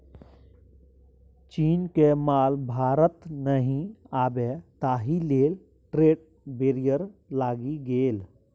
चीनक माल भारत नहि आबय ताहि लेल ट्रेड बैरियर लागि गेल